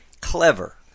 clever